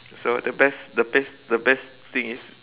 so the best the best the best thing is